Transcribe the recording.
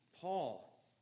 Paul